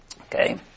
Okay